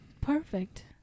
Perfect